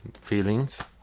feelings